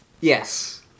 Yes